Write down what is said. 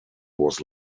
was